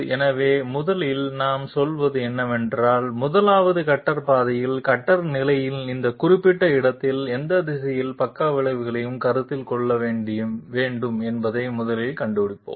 எனவே முதலில் நாம் சொல்வது என்னவென்றால் 1 வது கட்டர் பாதையில் கட்டர் நிலையின் இந்த குறிப்பிட்ட இடத்தில் எந்த திசையில் பக்கவிளைவைக் கருத்தில் கொள்ள வேண்டும் என்பதை முதலில் கண்டுபிடிப்போம்